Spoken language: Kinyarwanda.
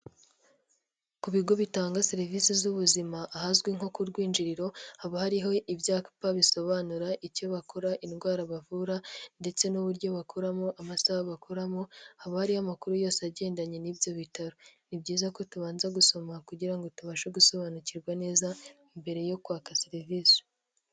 Ku bigo bitanga serivisi z'ubuzima ahazwi nko ku rwiwinjiriro haba hariho ibyapa bisobanura icyo bakora, indwara bavura ndetse, n'uburyo bakoramo amasaha bakoramo haba hariyo amakuru yose agendanye n'ibyo bitaro. ni byiza ko tubanza guso kugira ngo tubashe gusobanukirwa neza mbere yo kwaka serivisi.